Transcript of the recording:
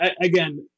again